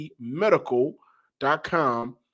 Medical.com